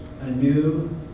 anew